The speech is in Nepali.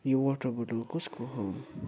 यो वाटर बोतल कसको हो